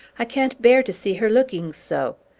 i can't bear to see her looking so!